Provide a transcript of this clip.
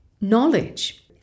knowledge